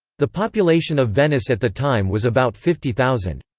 the population of venice at the time was about fifty thousand.